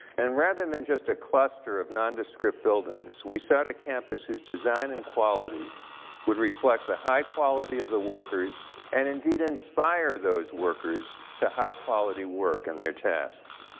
and rather than than just a cluster of nondescript buildings, we sought a campus whose design and quality would reflect the high quality of the workers and indeed inspire those workers to high quality work in their tasks.